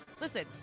Listen